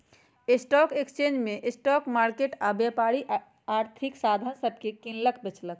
stock exchange में stock broker आऽ व्यापारी आर्थिक साधन सभके किनलक बेचलक